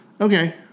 Okay